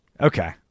Okay